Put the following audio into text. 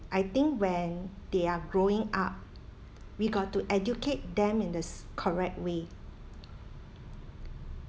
I think when they're growing up we got to educate them in the s~ correct way